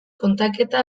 kontaketa